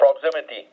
proximity